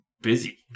busy